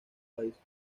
países